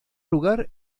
lugar